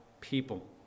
people